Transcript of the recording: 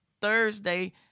Thursday